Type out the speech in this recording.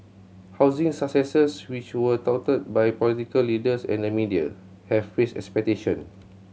housing successes which were touted by political leaders and the media have raised expectation